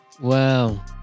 Wow